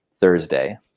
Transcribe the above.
thursday